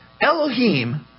Elohim